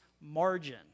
margin